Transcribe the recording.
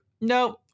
no